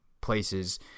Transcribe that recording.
places